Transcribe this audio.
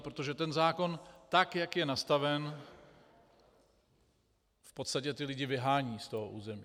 Protože zákon, tak jak je nastaven, v podstatě ty lidi vyhání z toho území.